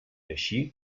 així